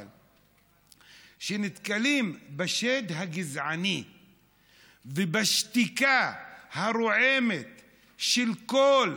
אבל כשנתקלים בשד הגזעני ובשתיקה הרועמת של רוב,